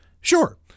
Sure